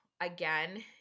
again